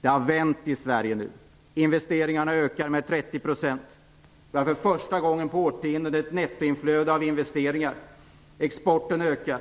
Det har vänt i Sverige nu. Investeringarna ökar med 30 %. För första gången på årtionden har vi ett nettoinflöde av investeringar. Exporten ökar.